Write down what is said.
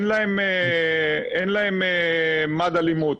אין להם מד אלימות.